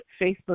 Facebook